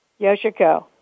Yoshiko